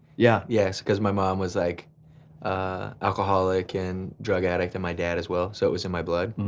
yeah yeah, cause my mom was like a alcoholic and drug addict, and my dad as well, so it was in my blood.